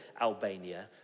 Albania